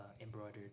embroidered